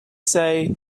say